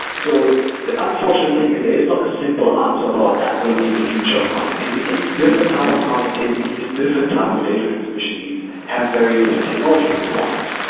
so the unfortunate thing is there's not a simple answer about that will be the future of connectivity, different type of connectivity, different type of data transmission needs have very different technology requirements.